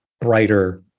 brighter